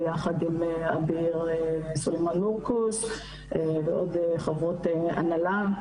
ביחד עם עביר סלימאן מורקוס ועוד חברות הנהלה.